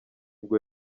bwo